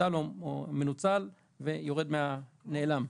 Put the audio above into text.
מבוטל או מנוצל ונעלם.